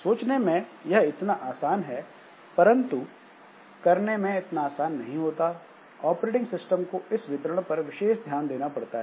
सोचने में यह इतना आसान है परंतु करने में इतना आसान नहीं होता ऑपरेटिंग सिस्टम को इस वितरण पर विशेष ध्यान देना पड़ता है